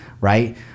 right